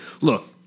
Look